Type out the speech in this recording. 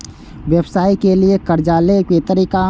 व्यवसाय के लियै कर्जा लेबे तरीका?